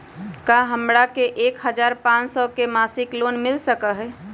का हमरा के एक हजार पाँच सौ के मासिक लोन मिल सकलई ह?